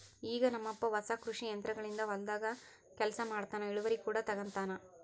ಈಗ ನಮ್ಮಪ್ಪ ಹೊಸ ಕೃಷಿ ಯಂತ್ರೋಗಳಿಂದ ಹೊಲದಾಗ ಕೆಲಸ ಮಾಡ್ತನಾ, ಇಳಿವರಿ ಕೂಡ ತಂಗತಾನ